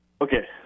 Okay